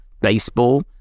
baseball